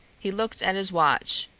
he looked at his watch.